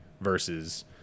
versus